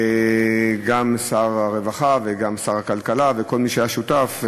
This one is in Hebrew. גם שר הרווחה וגם שר הכלכלה וכל מי שהיה שותף.